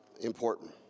important